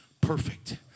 perfect